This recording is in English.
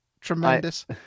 tremendous